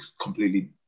completely